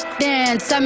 dance